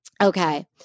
okay